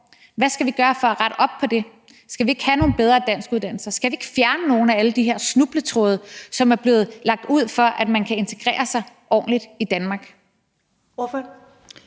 Hvad skal vi gøre for at rette op på det? Skal vi ikke have nogle bedre danskuddannelser? Skal vi ikke fjerne nogle af alle de her snubletråde, som er blevet lagt ud, for at man kan integrere sig ordentligt i Danmark? Kl.